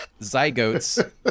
zygotes